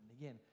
Again